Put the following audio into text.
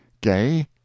Gay